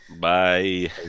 Bye